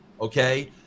okay